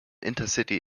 intercity